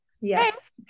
Yes